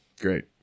great